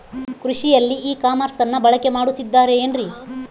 ಕೃಷಿಯಲ್ಲಿ ಇ ಕಾಮರ್ಸನ್ನ ಬಳಕೆ ಮಾಡುತ್ತಿದ್ದಾರೆ ಏನ್ರಿ?